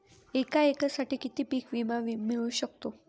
एका एकरसाठी किती पीक विमा मिळू शकतो?